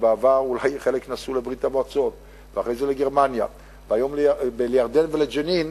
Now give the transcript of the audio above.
שבעבר אולי חלק נסעו לברית-המועצות ואחרי זה לגרמניה ולירדן ולג'נין,